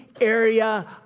Area